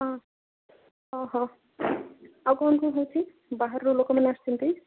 ହଁ ଓହଃ ଆଉ କ'ଣ ସବୁ ହେଉଛି ବାହାରର ଲୋକମାନେ ଆସୁଛନ୍ତି